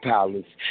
Palace